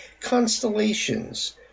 constellations